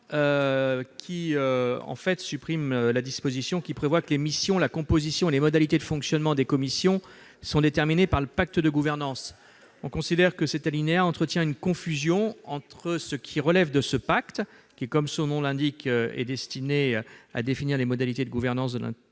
vise à supprimer la disposition prévoyant que les missions, la composition et les modalités de fonctionnement des commissions sont déterminées par le pacte de gouvernance. En effet, cet alinéa entretient une confusion entre ce qui relève de ce pacte, qui, comme son nom l'indique, est destiné à définir les modalités de gouvernance de l'intercommunalité,